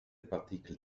partikel